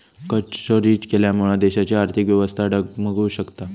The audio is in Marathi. करचोरी केल्यामुळा देशाची आर्थिक व्यवस्था डगमगु शकता